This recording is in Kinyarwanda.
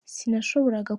sinashoboraga